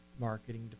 marketing